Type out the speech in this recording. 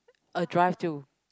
a drive to